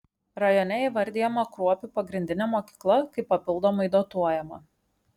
rajone įvardijama kruopių pagrindinė mokykla kaip papildomai dotuojama